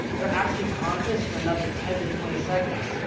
they're actually conscious for another ten to twenty seconds.